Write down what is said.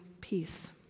peace